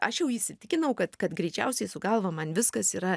aš jau įsitikinau kad kad greičiausiai su galva man viskas yra